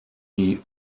die